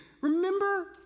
Remember